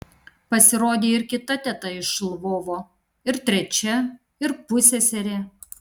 pasirodė ir kita teta iš lvovo ir trečia ir pusseserė